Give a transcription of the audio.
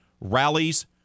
rallies